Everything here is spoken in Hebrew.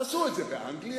עשו את זה באנגליה,